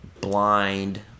Blind